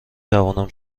توانم